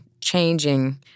changing